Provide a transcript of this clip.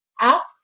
ask